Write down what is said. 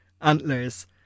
antlers